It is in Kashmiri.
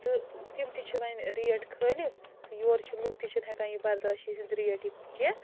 تہٕ تِم تہِ چھِ وَنہِ ریٹ کھٲلِتھ تہٕ یورٕ چھِ لُکھ تہِ چھِنہٕ ہٮ۪کان یہِ برداشت یِہٕنٛزۍ ریٹ یہِ کیٚنٛہہ